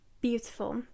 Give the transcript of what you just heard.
beautiful